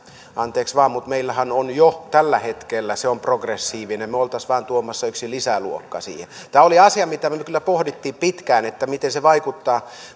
anteeksi vain mutta meillähän jo tällä hetkellä se on progressiivinen me olisimme vain tuomassa yhden lisäluokan siihen tämä oli asia mitä me kyllä pohdimme pitkään miten se vaikuttaa